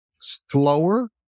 slower